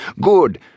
Good